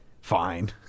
Fine